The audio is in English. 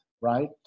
right